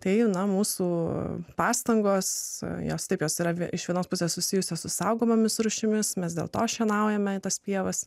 tai jauna mūsų pastangos jos taip jos yra iš vienos pusės susijusios su saugomomis rūšimis mes dėl to šienaujame tas pievas